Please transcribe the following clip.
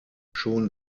schon